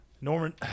Norman